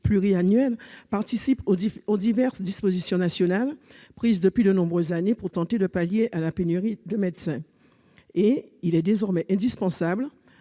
pluriannuels participe aux diverses dispositions nationales prises depuis de nombreuses années pour tenter de pallier la pénurie de médecins. Il est désormais indispensable,